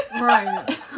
right